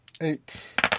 eight